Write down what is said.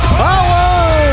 power